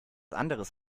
anderes